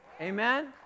Amen